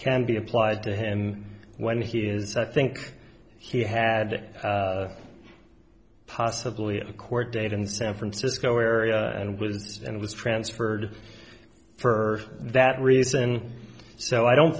can be applied to him when he is i think he had possibly a court date in san francisco area and was and was transferred for that reason so i don't